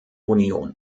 union